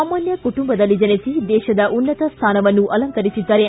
ಸಾಮಾನ್ಯ ಕುಟುಂಬದಲ್ಲಿ ಜನಿಸಿ ದೇಶದ ಉನ್ನತ ಸ್ಥಾನವನ್ನು ಅಲಂಕರಿಸಿದ್ದಾರೆ